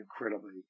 incredibly